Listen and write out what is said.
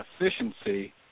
efficiency